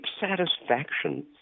satisfaction